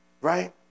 Right